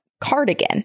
cardigan